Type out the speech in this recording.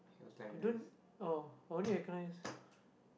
I don't oh I only recognise